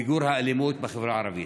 במיגור האלימות בחברה הערבית.